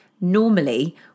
normally